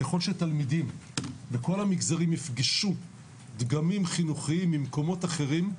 ככל שתלמידים בכל המגזרים יפגשו דגמים חינוכיים ממקומות אחרים,